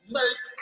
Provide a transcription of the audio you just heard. make